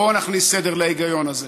בואו נכניס סדר והיגיון בזה.